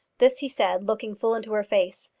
this he said, looking full into her face.